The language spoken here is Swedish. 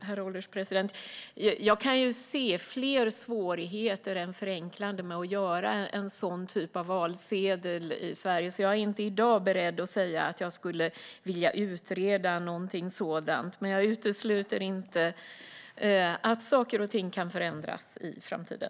Herr ålderspresident! Jag kan se fler svårigheter än förenklanden med att göra en sådan typ av valsedel i Sverige, så jag är inte i dag beredd att säga att jag skulle vilja utreda någonting sådant. Men jag utesluter inte att saker och ting kan förändras i framtiden.